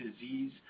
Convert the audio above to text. disease